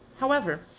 however,